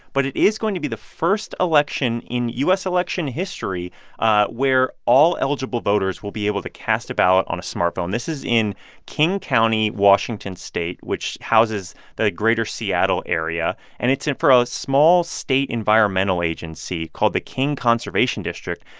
but it is going to be the first election in u s. election history where all eligible voters will be able to cast a ballot on a smartphone. this is in king county, washington state, which houses the greater seattle area. and it's for a small-state environmental agency called the king conservation district.